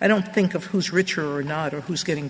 i don't think of who's richer or not or who's getting